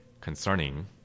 concerning